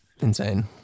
Insane